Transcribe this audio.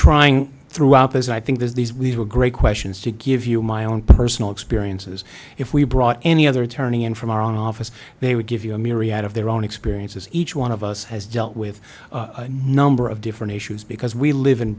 trying throughout as i think this these were great questions to give you my own personal experiences if we brought any other attorney in from our office they would give you a myriad of their own experiences each one of us has dealt with a number of different issues because we live in